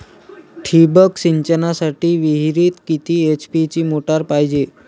ठिबक सिंचनासाठी विहिरीत किती एच.पी ची मोटार पायजे?